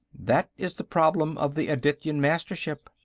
that is the problem of the adityan mastership.